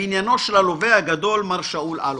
בעניינו של הלווה הגדול מר שאול אלוביץ',